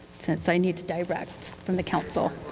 since i need to direct, from the council.